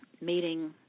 meeting